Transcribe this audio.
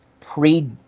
pre